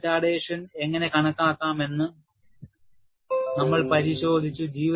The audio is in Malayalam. റിട്ടാർഡേഷൻ എങ്ങനെ കണക്കാക്കാമെന്ന് നമ്മൾ പരിശോധിച്ചു